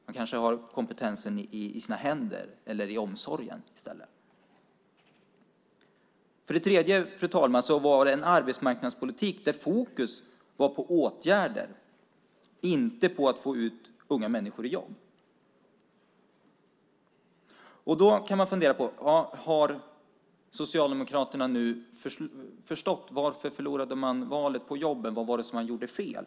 Man kanske har kompetensen i sina händer eller i omsorgen i stället. Fru talman! Dessutom var det en arbetsmarknadspolitik där fokus låg på åtgärder, inte på att få ut unga människor i jobb. Då kan man fråga sig om Socialdemokraterna nu har förstått varför man förlorade valet på frågan om jobben. Vad var det som man gjorde fel?